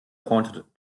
pointed